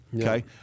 Okay